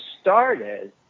started